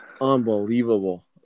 Unbelievable